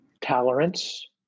Tolerance